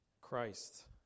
Christ